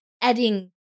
adding